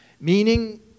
Meaning